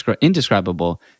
indescribable